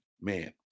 man